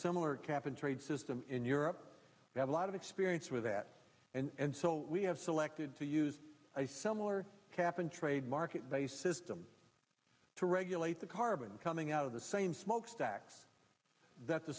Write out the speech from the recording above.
similar cap and trade system in europe we have a lot of experience with that and so we have selected to use a similar cap and trade market based system to regulate the carbon coming out of the same smokestacks that the